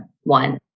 one